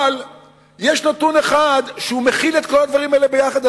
אבל יש נתון אחד שמכיל את כל הדברים האלה יחד,